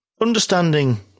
Understanding